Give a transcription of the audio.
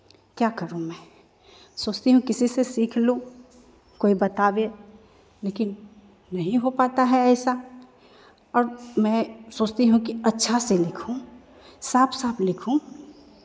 क्या करूँ मैं सोचती हूँ किसी से सीख लूँ कोई बतावे लेकिन नहीं हो पाता है ऐसा और मैं सोचती हूँ कि अच्छा से लिखूँ साफ साफ लिखूँ